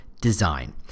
design